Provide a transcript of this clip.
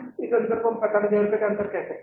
इस अंतर को हम 45000 रुपये कह सकते हैं